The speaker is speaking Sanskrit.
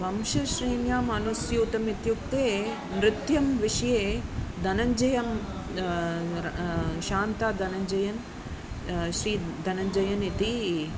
वंश श्रेण्याम् अनुसृत्यमित्युक्ते नृत्यं विषये धनञ्जयन् र शान्ताधनञ्जयन् श्रीधनञ्जयन् इति